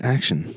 Action